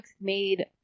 made